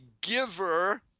giver